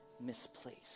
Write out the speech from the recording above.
misplaced